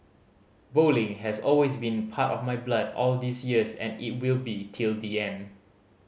bowling has always been part of my blood all these years and it will be till the end